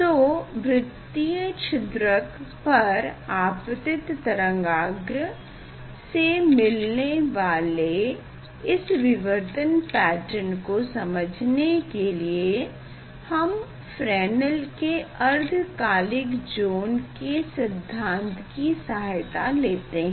तो वृत्तीय छिद्रक पर आपतित तरंगाग्र से मिलने वाले इस विवर्तन पैटर्न को समझने के लिए हम फ्रेनेल के अर्धकालिक ज़ोन के सिद्धांत की सहायता लेते हैं